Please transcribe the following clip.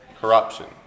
corruption